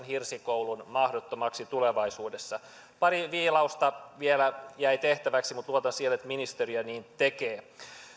hirsikoulun mahdottomaksi tulevaisuudessa pari viilausta vielä jäi tehtäväksi mutta luotan siihen että ministeriö niin tekee